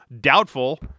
Doubtful